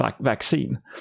vaccine